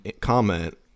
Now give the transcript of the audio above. comment